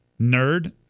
nerd